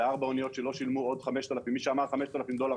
זה ארבע אוניות שלא שילמו עוד 5,000 דולר